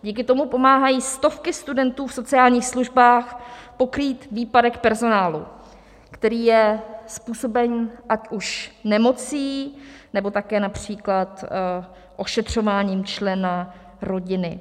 Díky tomu pomáhají stovky studentů v sociálních službách pokrýt výpadek personálu, který je způsoben ať už nemocí, nebo také například ošetřováním člena rodiny.